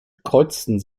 kreuzten